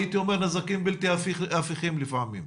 הייתי אומר נזקים בלתי הפיכים לפעמים.